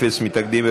אפס מתנגדים,